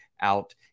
out